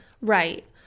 Right